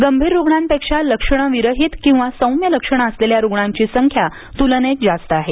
गंभीर रुग्णांपेक्षा लक्षणंविरहित किंवा सौम्य लक्षणं असलेल्या रुग्णांची संख्या तुलनेत जास्त आहे